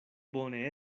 bone